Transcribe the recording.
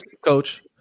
coach